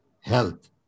health